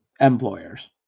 employers